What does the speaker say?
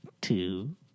two